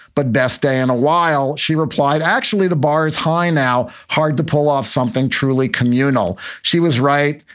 but best day in a while, she replied. actually, the bar's high now, hard to pull off something truly communal. she was right,